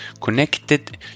connected